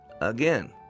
Again